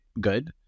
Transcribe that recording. good